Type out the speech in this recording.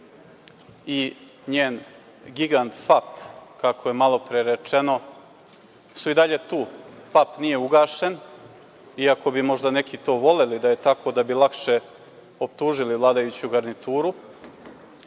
i njen gigant „Fap“ kako je malopre rečeno su i dalje tu. „Fap“ nije ugašen iako bi možda neki to voleli da je tako, da bi lakše optužili vladajuću garnituru.